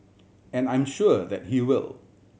and I'm sure that he will